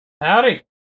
Howdy